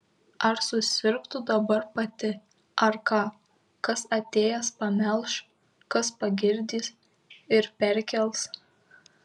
ar susirgtų dabar pati ar ką kas atėjęs pamelš kas pagirdys ir perkels